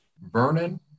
Vernon